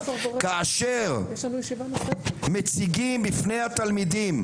כאשר מציגים בפני התלמידים,